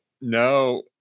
No